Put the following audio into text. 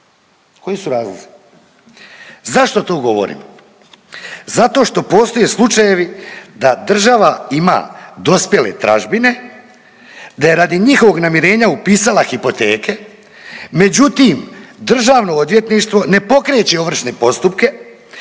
koji su razlozi. Zašto to govorim? Zato što postoje slučajevi da država ima dospjele tražbine, da je radi njihovog namirenja upisala hipoteke, međutim državno odvjetništvo ne pokreće ovršne postupke